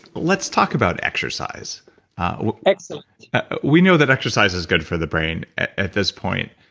let's talk about exercise excellent we know that exercise is good for the brain at this point,